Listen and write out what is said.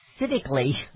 civically